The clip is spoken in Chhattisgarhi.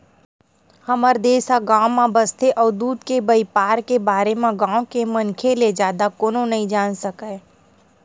हमर देस ह गाँव म बसथे अउ दूद के बइपार के बारे म गाँव के मनखे ले जादा कोनो नइ जान सकय